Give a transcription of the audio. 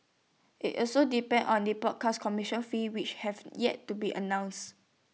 IT also depends on the broadcast commercial fees which have yet to be announced